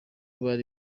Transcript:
bari